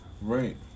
Right